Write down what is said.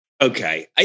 Okay